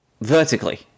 vertically